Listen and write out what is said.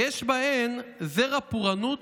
יש בהן זרע פורענות